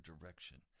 direction